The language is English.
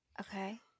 Okay